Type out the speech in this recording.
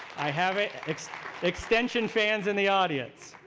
i have extension fans in the audience.